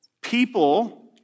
people